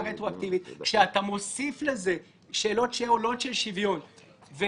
רטרואקטיבית כשאתה מוסיף לזה שאלות של שוויון שעולות